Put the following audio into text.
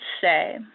say